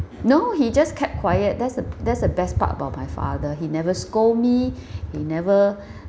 no he just kept quiet that's the that's the best part about my father he never scold me he never